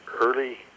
early